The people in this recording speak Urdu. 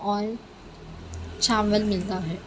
اور چاول ملتا ہے